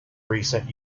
recent